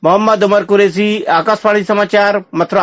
मोहम्मद उमर कुरैशी आकाशवाणी समाचार मथुरा